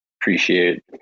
appreciate